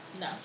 No